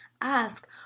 Ask